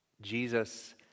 Jesus